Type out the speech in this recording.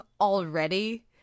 already